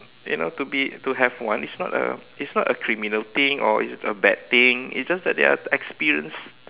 you know to be to have one it's not a it's not a criminal thing or it's a bad thing it's just that they are experienced